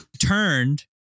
turned